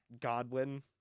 Godwin